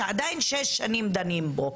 שעדיין שש שנים דנים בו.